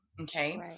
okay